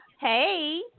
Hey